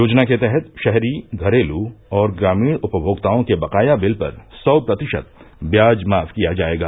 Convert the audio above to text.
योजना के तहत शहरी घरेलू और ग्रामीण उपभोक्ताओं के बकाया बिल पर सौ प्रतिशत व्याज माफ किया जायेगा